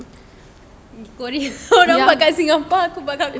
nampak kat singapore aku badak korea